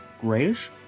grayish